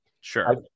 Sure